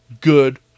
good